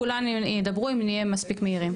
כולם ידברו אם נהיה מספיק מהירים,